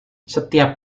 setiap